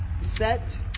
set